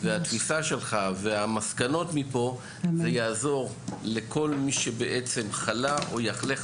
והתפיסה שלך והמסקנות מפה - זה יעזור לכל מי שבעצם חלה או יחלה,